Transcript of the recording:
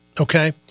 Okay